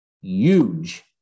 huge